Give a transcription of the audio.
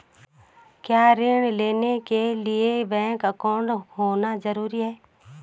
क्या ऋण लेने के लिए बैंक अकाउंट होना ज़रूरी है?